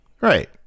Right